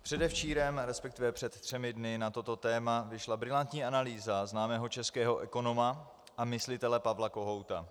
Předevčírem, resp. před třemi dny, na toto téma vyšla brilantní analýza známého českého ekonoma a myslitele Pavla Kohouta.